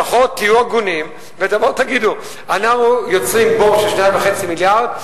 לפחות תהיו הגונים ותבואו ותגידו: אנחנו יוצרים בור של 2.5 מיליארד,